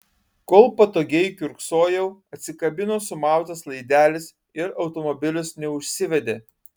kol patogiai kiurksojau atsikabino sumautas laidelis ir automobilis neužsivedė